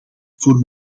voor